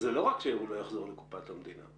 זה לא רק שהוא לא יחזור לקופת המדינה.